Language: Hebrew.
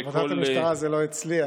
עבודת המשטרה זה לא אצלי,